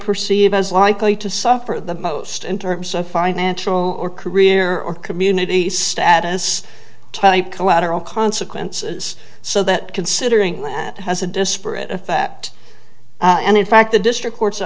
perceive as likely to suffer the most in terms of financial or career or community status type collateral consequences so that considering that has a disparate effect and in fact the district court's